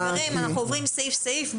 אנחנו עוברים סעיף-סעיף.